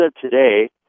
today